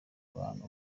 bantu